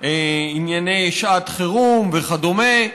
ענייני שעת חירום וכדומה,